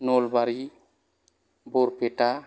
Nalbari Barpeta